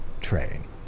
train